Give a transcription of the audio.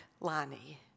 Lonnie